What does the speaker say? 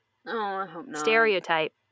stereotype